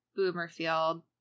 Boomerfield